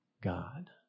God